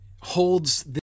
holds